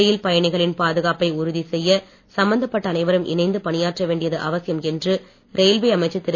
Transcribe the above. ரயில் பயணிகளின் பாதுகாப்பை உறதி செய்ய சம்பந்தப்பட்ட அனைவரும் இணைந்து பணியாற்ற வேண்டியது அவசியம் என்று ரயில்வே அமைச்சர் திரு